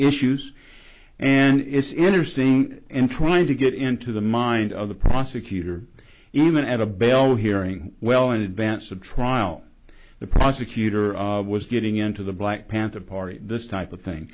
issues and it's interesting in trying to get into the mind of the prosecutor even at a bail hearing well in advance of trial the prosecutor was getting into the black panther party this type of thing